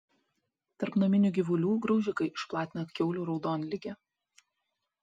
tarp naminių gyvulių graužikai išplatina kiaulių raudonligę